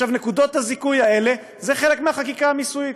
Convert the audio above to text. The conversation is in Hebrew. נקודות הזיכוי האלה זה חלק מחקיקת המיסוי,